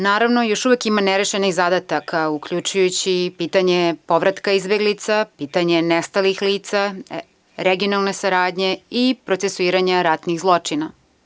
Naravno još uvek ima nerešenih zadataka, uključujući i pitanje povratka izbeglica, pitanje nestalih lica, regionalne saradnje i procesuiranje ratnih zločina.